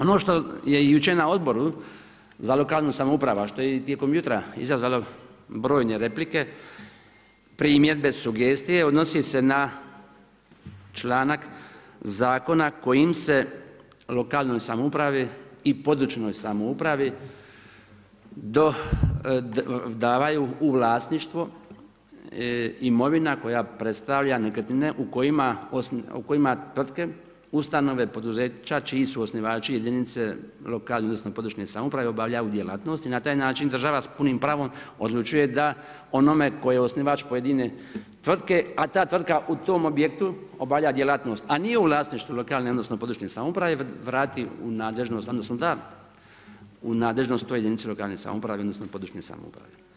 Ono što je jučer na odboru za lokalnu samoupravu, što je i tijekom jutra izazvalo brojne replike primjedbe, sugestije, odnosi se na članak zakona kojim se lokalnoj samoupravi i područnoj samoupravi daju u vlasništvo imovina koja predstavlja nekretnine u kojima tvrtke, ustanove, poduzeća čiji su osnivači jedinice lokalne, odnosno područne samouprave obavljaju djelatnost i na taj način država s punim pravom odlučuje da onome tko je osnivač pojedine tvrtke a ta tvrtka u tom objektu obavlja djelatnost a nije u vlasništvu lokalne odnosno područne samouprave vrati u nadležnost odnosno da u nadležnost toj jedinici lokalne samouprave odnosno područne samouprave.